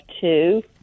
two